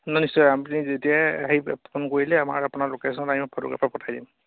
নহয় নিশ্চয় আপুনি যেতিয়াই আহি ফোন কৰিলে আমাৰ আপোনাৰ লোকেশ্যনত আমি ফটোগ্ৰাফাৰ পঠাই দিম